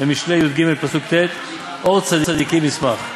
במשלי י"ג פסוק ט': אור צדיקים ישמח.